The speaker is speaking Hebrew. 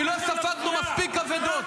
כי לא ספגנו מספיק אבדות.